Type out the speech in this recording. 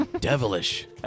Devilish